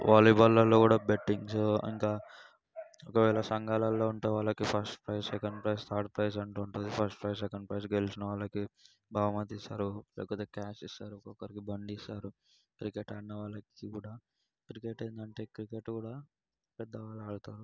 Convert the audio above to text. వాలీబాల్లల్లో కూడ బెట్టింగ్స్ ఇంకా ఒకవేళ సంఘాలల్లో ఉంటే వాళ్ళకి first prize second prize third prize అంటూ ఉంటుంది ఫస్ట్ ప్రైజ్ సెకండ్ ప్రైజ్ గెలిచినవాళ్ళకి బహుమతి ఇస్తారు లేకపోతే క్యాష్ ఇస్తారు ఒక్కరికి బండి ఇస్తారు క్రికెట్ ఆడినవాళ్ళకి కూడ క్రికెట్ ఏందంటే క్రికెట్ కూడా పెద్దవాళ్ళు ఆడతారు